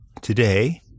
today